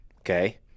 Okay